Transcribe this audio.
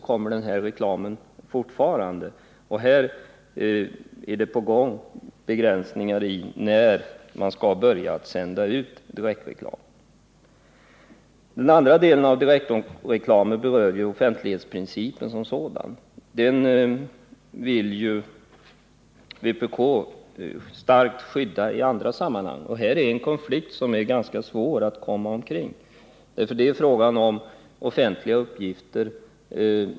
Här är begränsningar på gång när det gäller tidigaste tidpunkten för att börja sända ut direktreklam. Den andra delen av direktreklamen berör offentlighetsprincipen, som vpk starkt vill skydda i andra sammanhang. Här finns en konflikt som är ganska svår att komma förbi eftersom det är fråga om offentliga uppgifter.